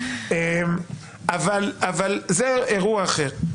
אבל זה אירוע אחר.